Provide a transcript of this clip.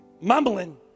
Mumbling